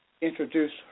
Introduce